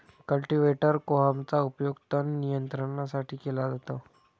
cultivator कोहमचा उपयोग तण नियंत्रणासाठी केला जातो